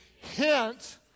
hint